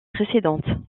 précédentes